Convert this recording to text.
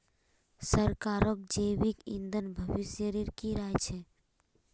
सरकारक जैविक ईंधन भविष्येर की राय छ